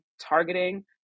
targeting